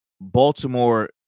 Baltimore